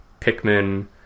Pikmin